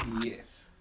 Yes